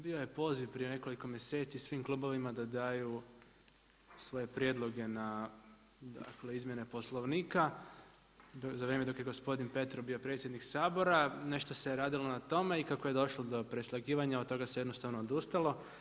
Bio je poziv prije nekoliko mjeseci svim klubovima da daju svoje prijedloge na izmjene Poslovnika za vrijeme dok je bio gospodin Petrov bio predsjednik Sabora, nešto se radilo o tome i kako je došlo do preslagivanja od toga se jednostavno odustalo.